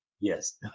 yes